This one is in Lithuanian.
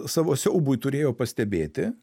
savo siaubui turėjo pastebėti